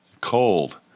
Cold